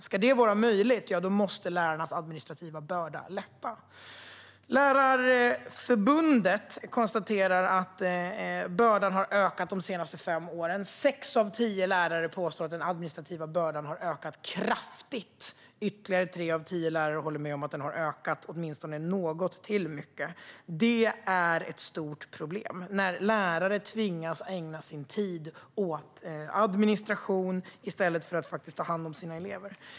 Om det ska vara möjligt måste lärarnas administrativa börda lättas. Lärarförbundet konstaterar att bördan har ökat de senaste fem åren. Sex av tio lärare påstår att den administrativa bördan har ökat kraftigt, ytterligare tre av tio lärare håller med om att den har ökat, åtminstone något till mycket. Det är ett stort problem när lärare tvingas ägna sin tid åt administration i stället för att ta hand om sina elever.